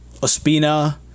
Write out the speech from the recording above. Ospina